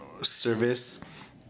service